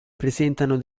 presentano